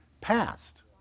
passed